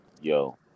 Yo